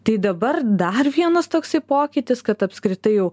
tai dabar dar vienas toksai pokytis kad apskritai jau